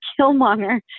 Killmonger